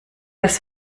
das